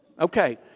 okay